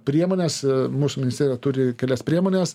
priemonės mūsų ministerija turi kelias priemones